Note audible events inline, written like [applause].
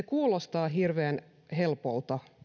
[unintelligible] kuulostaa hirveän helpolta